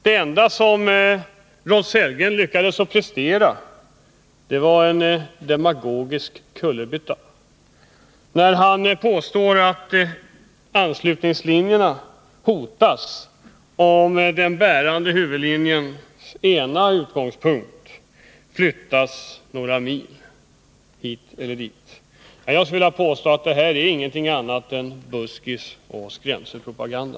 Det enda som Rolf Sellgren lyckades prestera var en demagogisk kullerbytta, när han påstod att anslutningslinjerna hotas, om den bärande huvudlinjens ena utgångspunkt flyttas några mil hit eller dit. Jag skulle vilja påstå att det här ingenting annat är än buskis och skrämselpropaganda.